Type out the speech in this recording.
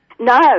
No